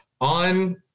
on